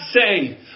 say